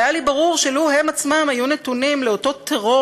והיה לי ברור שלו הם עצמם היו נתונים לאותו טרור